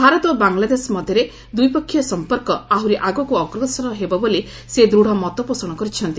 ଭାରତ ଓ ବାଙ୍ଗଲାଦେଶ ମଧ୍ୟରେ ଦ୍ୱିପକ୍ଷିୟ ସମ୍ପର୍କ ଆହୁରି ଆଗକୁ ଅଗ୍ରସର ହେବ ବୋଲି ସେ ଦୃଢ଼ ମତପୋଷଣ କରିଛନ୍ତି